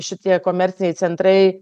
šitie komerciniai centrai